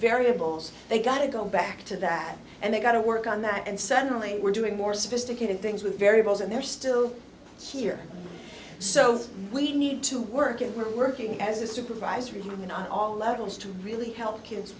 variables they've got to go back to that and they've got to work on that and suddenly we're doing more sophisticated things with variables and they're still here so we need to work at really working as a supervisory human on all levels to really